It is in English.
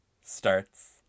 starts